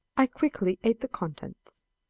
i quickly ate the contents.